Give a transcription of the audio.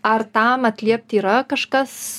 ar tam atliepti yra kažkas su